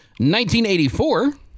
1984